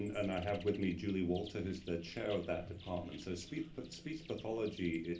and i have with me julie walter, who's the chair of that department. so speech but speech pathology,